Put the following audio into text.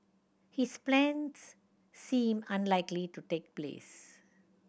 his plans seem unlikely to take place